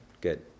Good